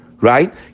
right